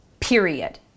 period